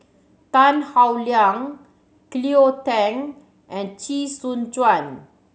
Tan Howe Liang Cleo Thang and Chee Soon Juan